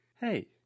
Hey